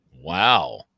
Wow